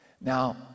Now